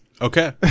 okay